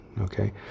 okay